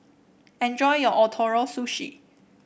enjoy your Ootoro Sushi